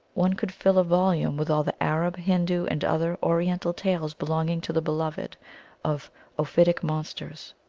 one could fill a volume with all the arab, hindoo, and other oriental tales belonging to the beloved of ophitic monsters.